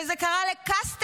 וזה קרה לקסטלמן.